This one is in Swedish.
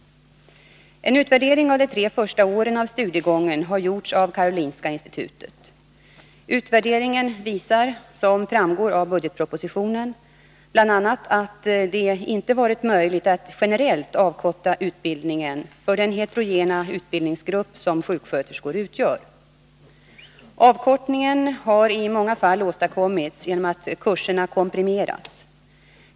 En utvärdering av de tre första åren av studiegången har gjorts av Karolinska institutet. Utvärderingen visar — som framgår av budgetpropositionen — bl.a. att det inte varit möjligt att generellt avkorta utbildningen för den heterogena utbildningsgrupp som sjuksköterskor utgör. Avkortningen har i många fall åstadkommits genom att kurserna komprimerats.